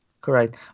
Correct